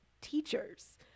teachers